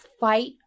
fight